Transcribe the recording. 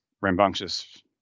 rambunctious